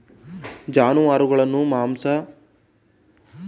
ಜಾನುವಾರುಗಳನ್ನು ಮಾಂಸ ಹಾಲು ತುಪ್ಪಳ ಮತ್ತು ವ್ಯವಸಾಯಕ್ಕಾಗಿ ಬಳಸಿಕೊಳ್ಳಲಾಗುತ್ತದೆ